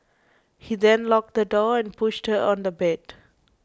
he then locked the door and pushed her on the bed